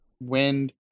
wind